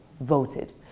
voted